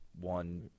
one